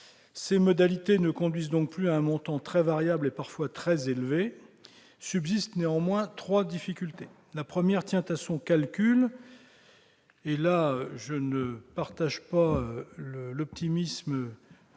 modalités ne conduisent donc plus à un montant très variable et parfois très élevé. Subsistent néanmoins trois difficultés. La première tient au calcul de la taxe. Sur ce point, je ne partage pas l'optimisme